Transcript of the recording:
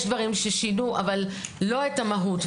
יש דברים ששינו, אבל לא את המהות.